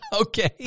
Okay